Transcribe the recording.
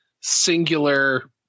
singular